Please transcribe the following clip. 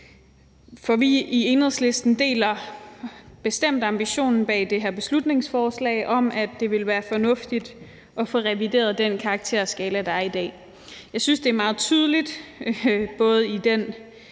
For vi i Enhedslisten deler bestemt ambitionen bag det her beslutningsforslag om, at det vil være fornuftigt at få revideret den karakterskala, der er i dag. Jeg synes, det er meget tydeligt, både i den